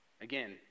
Again